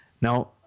Now